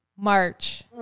March